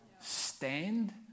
Stand